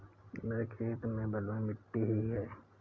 मेरे खेत में बलुई मिट्टी ही है